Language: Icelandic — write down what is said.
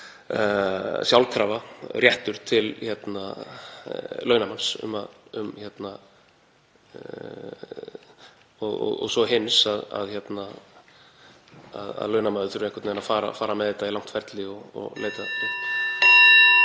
sjálfkrafa réttur til launamanns og svo hins, að launamaður þyrfti einhvern veginn að fara með þetta í langt ferli og leita